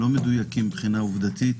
לא מדויקים מבחינה עובדתית.